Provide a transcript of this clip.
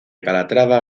calatrava